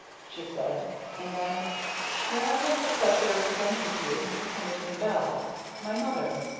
she said and then may i have the pleasure of presenting to you mrs. henderson bell my mother?